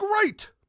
great